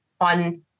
on